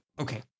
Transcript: Okay